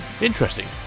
Interesting